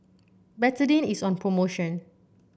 Betadine is on promotion